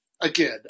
again